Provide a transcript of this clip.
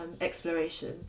exploration